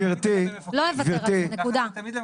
נקודה.